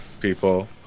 people